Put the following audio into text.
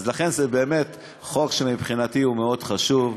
לכן זה באמת חוק שמבחינתי הוא מאוד חשוב.